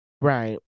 right